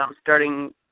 starting